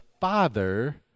father